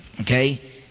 Okay